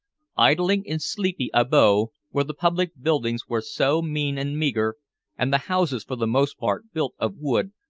idling in sleepy abo, where the public buildings were so mean and meager and the houses for the most part built of wood,